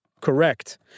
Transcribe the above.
Correct